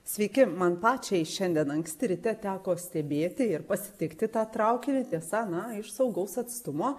sveiki man pačiai šiandien anksti ryte teko stebėti ir pasitikti tą traukinį tiesa na iš saugaus atstumo